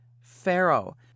pharaoh